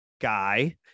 guy